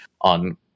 on